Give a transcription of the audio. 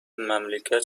مملکت